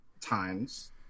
times